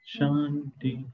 Shanti